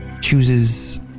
chooses